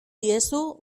diezu